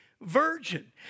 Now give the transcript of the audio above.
virgin